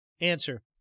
Answer